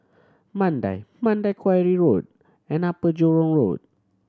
Mandai Mandai Quarry Road and Upper Jurong Road